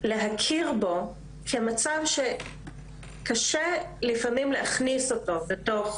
להכיר בו כמצב שקשה לפעמים להכניס אותו בתוך